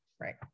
Right